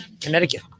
Connecticut